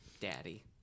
Daddy